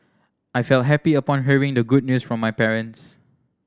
I felt happy upon hearing the good news from my parents